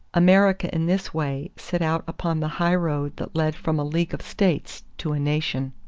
america in this way set out upon the high road that led from a league of states to a nation.